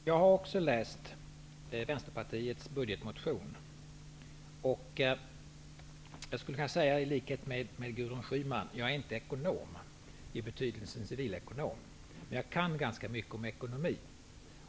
Fru talman! Jag har också läst Vänsterpartiets budgetmotion. Jag skulle i likhet med Gudrun Schyman kunna säga att jag inte är ekonom -- i be tydelsen civilekonom. Men jag kan ganska mycket om ekonomi.